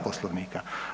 Poslovnika.